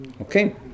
Okay